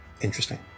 Interesting